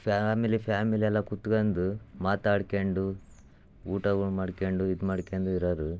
family family ಎಲ್ಲ ಕುತ್ಕಂಡು ಮಾತಾಡ್ಕಂಡು ಊಟಗಳು ಮಾಡ್ಕಂಡು ಇದು ಮಾಡ್ಕ್ಯಂಡು ಇರೋವ್ರು